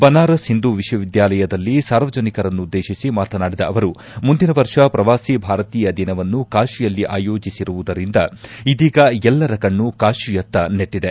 ಬನಾರಸ್ ಹಿಂದೂ ವಿಶ್ವವಿದ್ಯಾಲಯದಲ್ಲಿ ಸಾರ್ವಜನಿಕರನ್ನುದ್ಲೇಶಿಸಿ ಮಾತನಾಡಿದ ಅವರು ಮುಂದಿನ ವರ್ಷ ಪ್ರವಾಸಿ ಭಾರತೀಯ ದಿನವನ್ನು ಕಾಶಿಯಲ್ಲಿ ಆಯೋಜಿಸಿರುವುದರಿಂದ ಇದೀಗ ಎಲ್ಲರ ಕಣ್ಣು ಕಾಶಿಯತ್ತ ನೆಟ್ಟದೆ